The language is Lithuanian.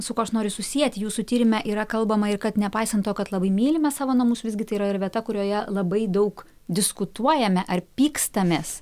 su kuo aš noriu susieti jūsų tyrime yra kalbama ir kad nepaisant to kad labai mylime savo namus visgi tai yra ir vieta kurioje labai daug diskutuojame ar pykstamės